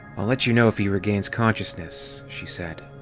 i'll let you know if he regains consciousness, she said.